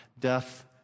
death